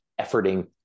efforting